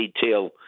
detail